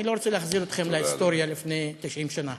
אני לא רוצה להחזיר אתכם להיסטוריה לפני 90 שנה.